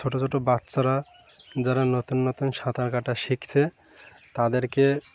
ছোটো ছোটো বাচ্চারা যারা নতুন নতুন সাঁতার কাটা শিখছে তাদেরকে